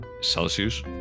celsius